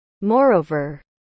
Moreover